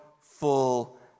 full